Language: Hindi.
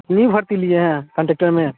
न्यू भर्ती लिए हैं कॉन्टेक्टर में